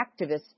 activists